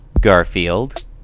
Garfield